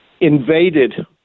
invaded